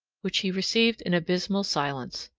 which he received in abysmal silence.